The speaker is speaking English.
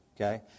okay